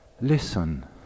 listen